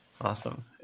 Awesome